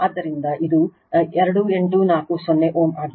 ಆದ್ದರಿಂದ ಇದು 2840 Ω ಆಗಿದೆ